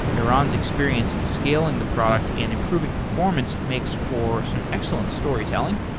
eron's experience scaling the product and improving performance makes for some excellent storytelling,